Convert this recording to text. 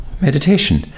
meditation